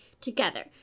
together